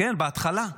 --- כן, בהתחלה.